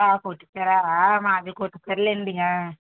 ఆ కొట్టిచ్చారా మాకు సర్లెండి